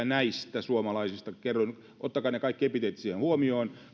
näistä suomalaisista kerron ottakaa ne kaikki epiteetit siinä huomioon